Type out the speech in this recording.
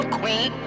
queen